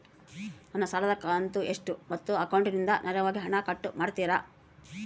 ನನ್ನ ಸಾಲದ ಕಂತು ಎಷ್ಟು ಮತ್ತು ಅಕೌಂಟಿಂದ ನೇರವಾಗಿ ಹಣ ಕಟ್ ಮಾಡ್ತಿರಾ?